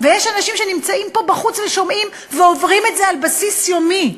ויש אנשים שנמצאים פה בחוץ ושומעים ועוברים את זה על בסיס יומי.